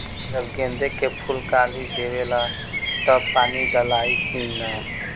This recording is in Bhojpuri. जब गेंदे के फुल कली देवेला तब पानी डालाई कि न?